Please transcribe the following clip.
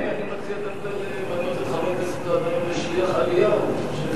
אני מציע דווקא למנות את חבר הכנסת גנאים לשליח עלייה.